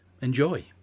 enjoy